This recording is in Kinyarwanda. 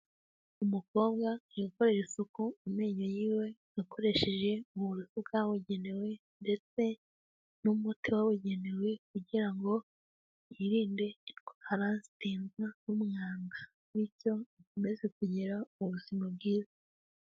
Umukobwa ari gukorera isuku amenyo yiwe akoresheje uburoso bwabugenewe ndetse n'umuti wabugenewe kugira ngo yirinde indwara ziterwa n'umwanda bityo akomeze kugira ubuzima bwiza.